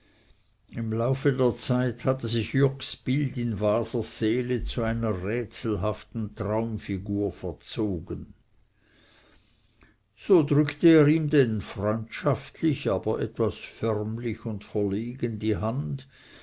im laufe der zeit hatte sich jürgs bild in wasers seele zu einer rätselhaften traumfigur verzogen so drückte er ihm denn freundschaftlich aber etwas förmlich und verlegen die hand